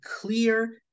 clear